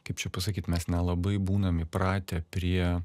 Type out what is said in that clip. kaip čia pasakyt mes nelabai būnam įpratę prie